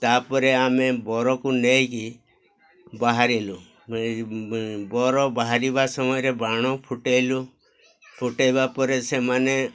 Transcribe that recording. ତା'ପରେ ଆମେ ବରକୁ ନେଇକି ବାହାରିଲୁ ବର ବାହାରିବା ସମୟରେ ବାଣ ଫୁଟାଇଲୁ ଫୁଟାଇବା ପରେ ସେମାନେ